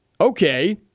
okay